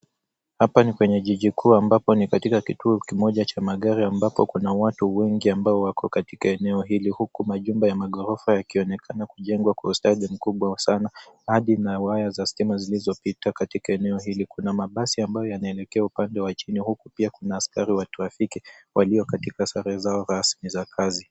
Hapa ni kwenye jiji kuu ambapo ni katika kituo kimoja cha magari ambapo kuna watu wengi ambao wako katika eneo hili huku majumba ya gorofa yakionekana kujengwa kwa ustadi mkubwa wa sana. Ardhi ina waya za stima zilizopita katika eneo hili. Kuna mabasi ambayo yanaelekea upande wa chini huku pia kuna askari wa trafiki waliokatika sare zao rasmi za kazi.